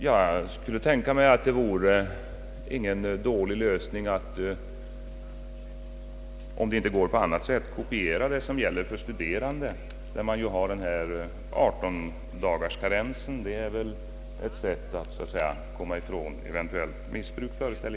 Om det inte går att klara saken på annat sätt, skulle jag tänka mig att det inte vore någon dålig lösning att kopiera vad som gäller för studerande — där har man ju den obligatoriska 18 dagarskarensen, Jag föreställer mig att det är. ett sätt att komma ifrån eventuellt missbruk.